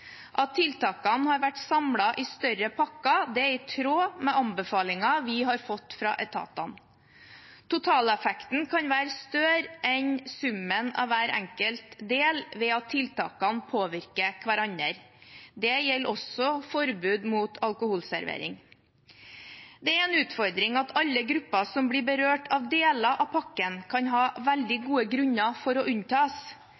At tiltakene har vært samlet i større pakker, er i tråd med anbefalinger vi har fått fra etatene. Totaleffekten kan være større enn summen av hver enkelt del, ved at tiltakene påvirker hverandre. Dette gjelder også forbud mot alkoholservering. Det er en utfordring at alle grupper som blir berørt av deler av pakken, kan ha veldig